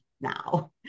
now